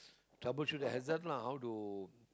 troubleshoot the hazard lah how to